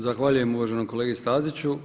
Zahvaljujem uvaženom kolegi Staziću.